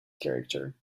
character